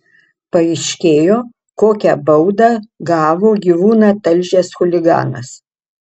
paaiškėjo kokią baudą gavo gyvūną talžęs chuliganas